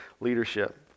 leadership